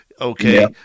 okay